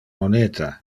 moneta